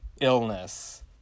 illness